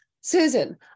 Susan